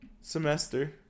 semester